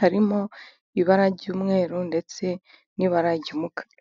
harimo: ibara ry' umweru ndetse n' ibara ry' umukara.